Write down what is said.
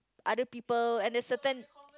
other people at a certain